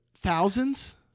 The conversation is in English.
thousands